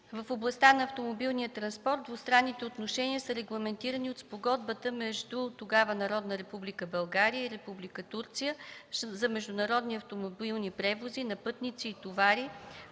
В областта на автомобилния транспорт двустранните отношения са регламентирани от Спогодбата между, тогава, Народна република България и Република Турция за международни автомобилни превози на пътници и товари,